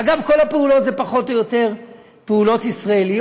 אגב, כל הפעולות זה פחות או יותר פעולות ישראליות: